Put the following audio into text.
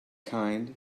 kind